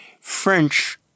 French